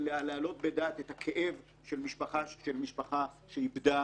להעלות בדעת את הכאב של משפחה שאיבדה